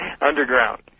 Underground